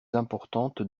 importantes